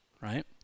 right